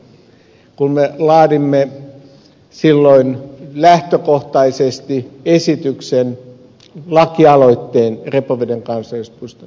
pulliainen kun me laadimme silloin lähtökohtaisesti lakialoitteen repoveden kansallispuiston synnystä